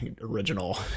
original